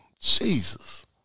Jesus